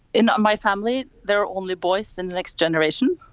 in my family, there are only boys than the next generation.